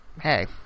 hey